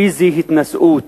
איזו התנשאות,